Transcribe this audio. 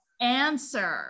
answer